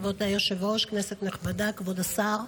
כבוד היושב-ראש, כנסת נכבדה, כבוד השר,